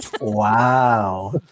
Wow